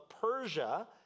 Persia